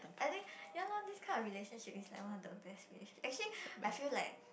I think ya loh this kind of relationship is like one of the best relation~ actually I feel like